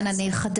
כן, אני אחדד.